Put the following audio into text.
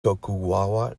tokugawa